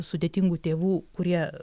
sudėtingų tėvų kurie